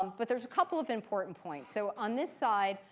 um but there's a couple of important points. so on this side,